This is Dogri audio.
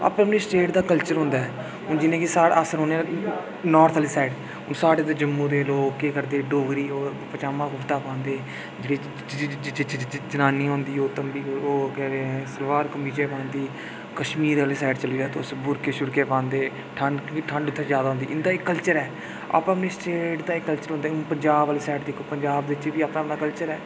अपनी अपनी स्टेट दा कल्चर होंदा ऐ हून जि'यां कि साढ़ा अस रौंह्ने आं नार्थ आह्ली साइड हून साढ़े ते जम्मू दे लोक केह् करदे डोगरी ओह् पजामा कुर्ता पांदे जेह्ड़ी जनानी होंदी ओह् तम्बी ओह् सलवार कमीज ऐ पांदी कश्मीर आह्ली साइड चली जाओ तुस भुर्के शुर्के पांदे ठंड क्योंकी ठंड उत्थै जादा होंदी इंदा एह् कल्चर ऐ अपनी अपनी स्टेट दै एह् कल्चर होंदा ऐ पंजाब आह्ली साइड़ दिक्खो पंजाब बेच अपना अपना कल्चर ऐ